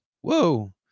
whoa